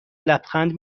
لبخند